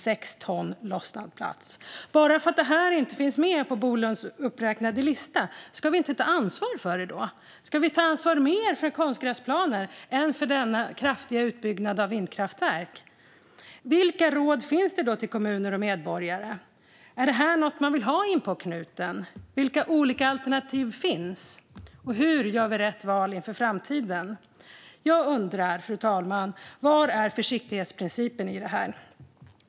Ska vi inte ta ansvar för detta bara för att det inte finns med på Bolunds lista? Ska vi ta större ansvar för konstgräsplaner än för den kraftiga utbyggnaden av vindkraft? Vilka råd finns till kommuner och medborgare? Är det här något man vill ha inpå knuten? Vilka olika alternativ finns? Hur gör vi rätt val för framtiden? Fru talman! Var är försiktighetsprincipen i det här?